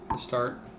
start